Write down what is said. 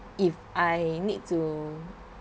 if I need to